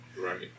Right